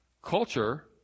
Culture